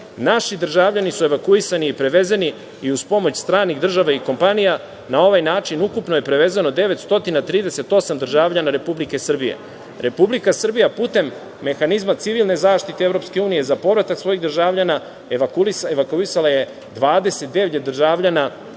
naši državljani su evakuisani i prevezeni i uz pomoć stranih država i kompanija. Na ovaj način ukupno je prevezeno 938 državljana Republike Srbije. Republika Srbija putem mehanizma civilne zaštite EU za povratak svojih državljana evakuisala je 29 državljana